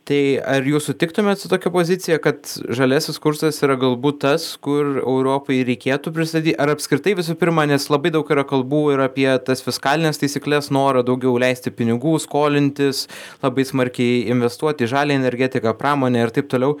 tai ar jūs sutiktumėt su tokia pozicija kad žaliasis kursas yra galbūt tas kur europai reikėtų pristaty ar apskritai visų pirma nes labai daug yra kalbų ir apie tas fiskalines taisykles norą daugiau leisti pinigų skolintis labai smarkiai investuoti į žalią energetiką pramonę ir taip toliau